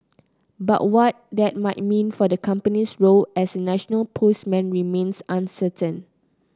but what that might mean for the company's role as a national postman remains uncertain